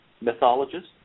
mythologist